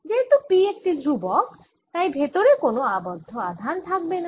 যেহেতু P একটি ধ্রুবক তাই ভেতরে কোন আবদ্ধ আধান থাকবে না